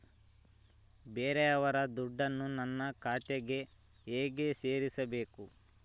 ಬೇರೆಯವರ ದುಡ್ಡನ್ನು ನನ್ನ ಖಾತೆಗೆ ಹೇಗೆ ಸೇರಿಸಬೇಕು?